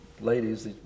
ladies